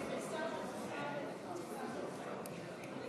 השר בדיוק יצא.